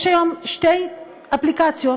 יש היום שתי אפליקציות,